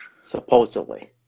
Supposedly